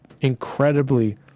incredibly